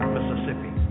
Mississippi